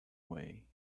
way